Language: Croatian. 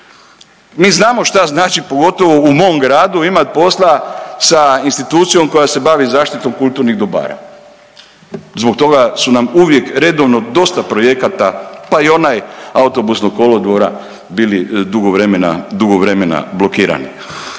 Mi znamo što znači pogotovo u mom gradu imati posla sa institucijom koja se bavi zaštitom kulturnih dobara. Zbog toga su nam uvijek redovno dosta projekata, pa i onaj autobusnog kolodvora bili dugo vremena blokirani.